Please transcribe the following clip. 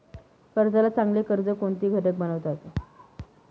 कर्जाला चांगले कर्ज कोणते घटक बनवितात?